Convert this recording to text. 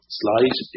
slide